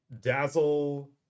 Dazzle